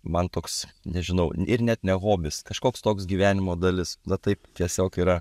man toks nežinau ir net ne hobis kažkoks toks gyvenimo dalis va taip tiesiog yra